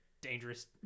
dangerous